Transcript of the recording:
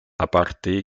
aparte